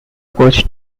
coach